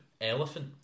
elephant